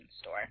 Store